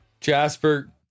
Jasper